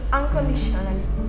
unconditionally